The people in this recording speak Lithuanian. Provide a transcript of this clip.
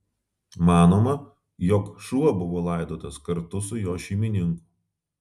manoma jog šuo buvo laidotas kartu su jo šeimininku